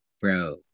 Bro